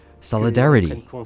solidarity